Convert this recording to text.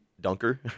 dunker